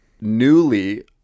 newly-